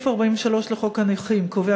לקריאה